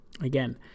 Again